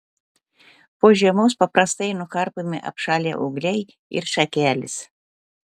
po žiemos paprastai nukarpomi apšalę ūgliai ir šakelės